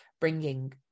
bringing